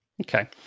Okay